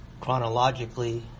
chronologically